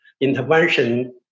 intervention